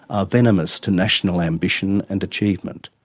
are venomous to national ambition and achievement.